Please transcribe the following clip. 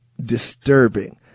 disturbing